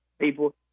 people